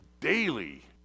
daily